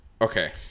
Okay